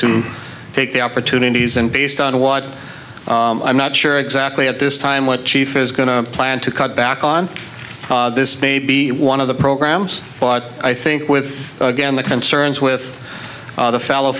to take the opportunities and based on what i'm not sure exactly at this time what chief is going to plan to cut back on this may be one of the programs but i think with again the concerns with the fellow